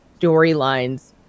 storylines